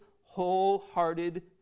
wholehearted